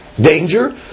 danger